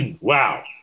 Wow